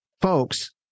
folks